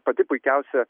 pati puikiausia